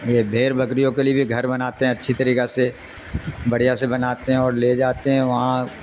یہ بھیر بکریوں کے لیے بھی گھر بناتے ہیں اچھی طریقہ سے بڑھیا سے بناتے ہیں اور لے جاتے ہیں وہاں